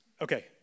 Okay